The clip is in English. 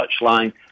touchline